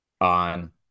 on